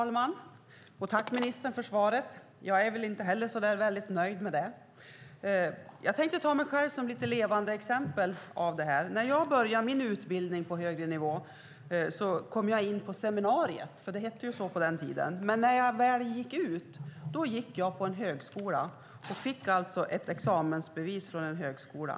Fru talman! Tack, ministern, för svaret! Jag är väl inte heller så nöjd med det. Jag tänkte ta mig själv som ett levande exempel. När jag började min utbildning på högre nivå kom jag in på seminariet. Det hette så på den tiden. När jag väl gick ut gick jag på en högskola och fick alltså ett examensbevis från en högskola.